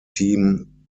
team